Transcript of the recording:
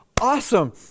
awesome